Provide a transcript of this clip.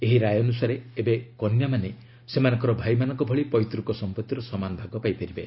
ଏହି ରାୟ ଅନୁସାରେ ଏବେ କନ୍ୟାମାନେ ସେମାନଙ୍କର ଭାଇମାନଙ୍କ ଭଳି ପୈତ୍କ ସମ୍ପତ୍ତିର ସମାନ ଭାଗ ପାଇପାରିବେ